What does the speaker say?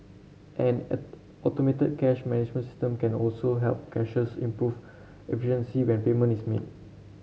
an a automated cash management system can also help cashiers improve efficiency when payment is made